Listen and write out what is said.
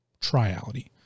triality